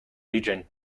region